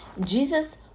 Jesus